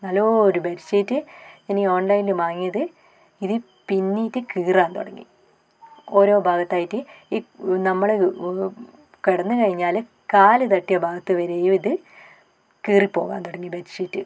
നല്ലൊരു ബെഡ്ഷീറ്റ് ഇനി ഓൺലൈനിൽ വാങ്ങിയത് ഇത് പിന്നീട്ട് കീറാൻ തുടങ്ങി ഓരോ ഭാഗത്തായിട്ട് ഈ നമ്മൾ കിടന്നു കഴിഞ്ഞാൽ കാൽ തട്ടിയ ഭാഗത്ത് വരെ ഇത് കീറി പോകാൻ തുടങ്ങി ബെഡ്ഷീറ്റ്